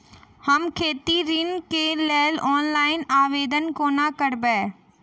हम खेती ऋण केँ लेल ऑनलाइन आवेदन कोना करबै?